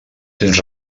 tens